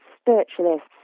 spiritualists